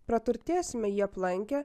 praturtėsime jį aplankę